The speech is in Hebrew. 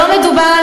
לא מדובר,